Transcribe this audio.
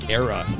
era